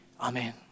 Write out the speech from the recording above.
Amen